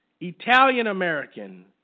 Italian-American